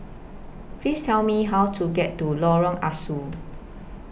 Please Tell Me How to get to Lorong Ah Soo